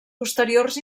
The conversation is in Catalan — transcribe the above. posteriors